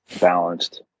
balanced